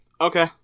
Okay